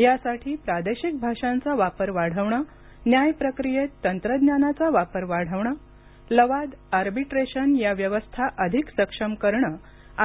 यासाठी प्रादेशिक भाषांचा वापर वाढवणं न्याय प्रक्रियेत तंत्रज्ञानाचा वापर वाढवणं लवाद आर्बीट्रेशन या व्यवस्था अधिक सक्षम करणं